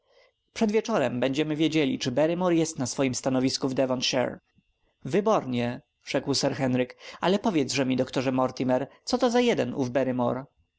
przed wieczorem będziemy wiedzieli czy barrymore jest na swojem stanowisku w devonshire wybornie rzekł sir henryk ale powiedzże mi doktorze mortimer co to za jeden